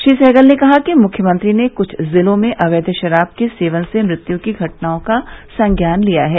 श्री सहगल ने कहा कि मुख्यमंत्री ने कुछ जिलों में अवैध शराब के सेवन से मृत्यु की घटनाओं का संज्ञान लिया है